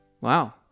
Wow